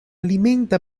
alimenta